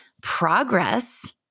progress